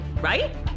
Right